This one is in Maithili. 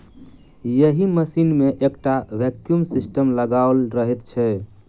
एहि मशीन मे एकटा वैक्यूम सिस्टम लगाओल रहैत छै